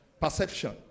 perception